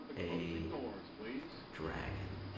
a. a dragon.